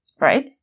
Right